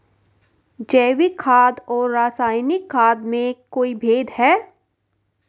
जैविक खाद और रासायनिक खाद में कोई भेद है?